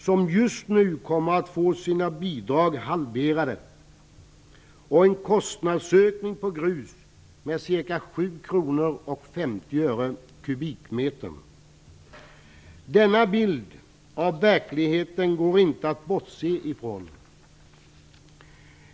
De kommer nu att få sina bidrag halverade och en kostnadsökning på gruset med 7:50 kr per kubikmeter. Dessa uppgifter hämtade från verkligheten kan man inte bortse från.